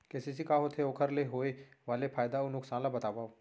KCC का होथे, ओखर ले होय वाले फायदा अऊ नुकसान ला बतावव?